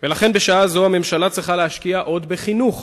לכן, בשעה זו הממשלה צריכה להשקיע עוד בחינוך,